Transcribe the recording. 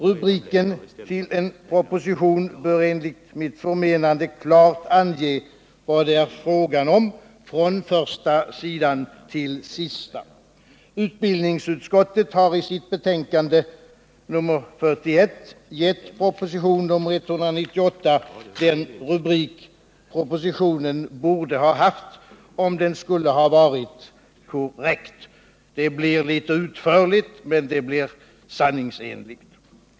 Rubriken till en proposition bör enligt mitt förmenande klart ange vad det är fråga om från första sidan till sista. Utbildningsutskottet har i sitt betänkande nr 41 gett proposition nr 198 den rubrik den borde ha haft, om den skulle ha varit korrekt. Det blir litet utförligt, men det blir sanningsenligt.